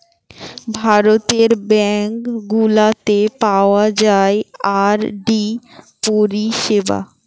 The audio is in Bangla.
ভারতের ব্যাঙ্ক গুলাতে পাওয়া যায় আর.ডি পরিষেবা